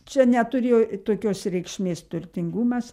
čia neturėjo tokios reikšmės turtingumas